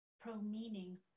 pro-meaning